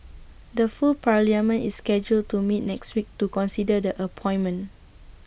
the full parliament is scheduled to meet next week to consider the appointment